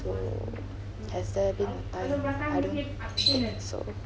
so has there been a time I don't think so